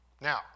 Now